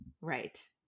Right